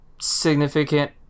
significant